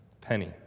penny